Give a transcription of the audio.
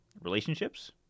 relationships